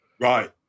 Right